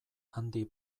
handi